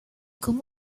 con